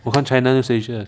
我看 channel news asia